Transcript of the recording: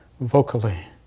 Vocally